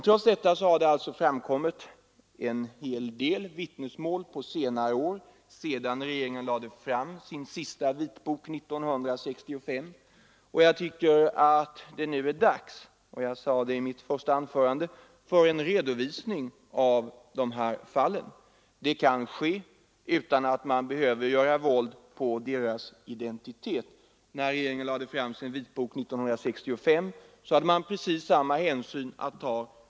Trots detta har det framkommit en hel del vittnesmål sedan regeringen 1965 lade fram sin sista vitbok. Jag tycker att det nu är dags — det sade jag redan i mitt första anförande — för en redovisning av de här fallen. Det kan ske utan att man behöver göra våld på dessa människors identitet. När regeringen lade fram sin vitbok 1965 hade man samma hänsyn att ta.